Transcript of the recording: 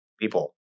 people